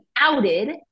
outed